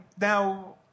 Now